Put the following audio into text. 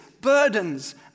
burdens